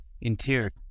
Interior